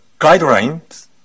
guidelines